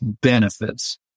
benefits